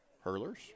Hurlers